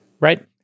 right